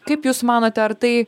kaip jūs manote ar tai